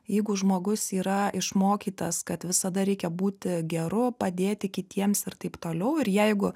jeigu žmogus yra išmokytas kad visada reikia būti geru padėti kitiems ir taip toliau ir jeigu